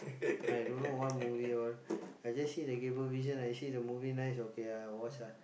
I don't know what movie all I just see the cable vision I see the movie nice okay I watch ah